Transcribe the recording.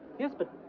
yes, but.